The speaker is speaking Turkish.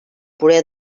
buraya